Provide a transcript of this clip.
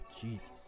Jesus